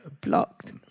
blocked